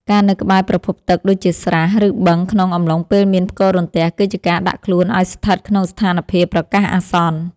ការនៅក្បែរប្រភពទឹកដូចជាស្រះ ឬបឹងក្នុងអំឡុងពេលមានផ្គររន្ទះគឺជាការដាក់ខ្លួនឱ្យស្ថិតក្នុងស្ថានភាពប្រកាសអាសន្ន។